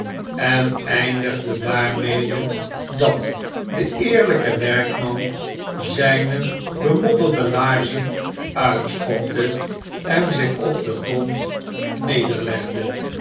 en eindigde daarmede dat deeerlpe werkman zijne bemodderde laarzen uitschopte en zich op den grond nederlegde